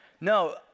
No